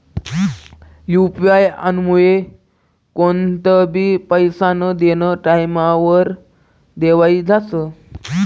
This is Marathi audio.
यु.पी आयमुये कोणतंबी पैसास्नं देनं टाईमवर देवाई जास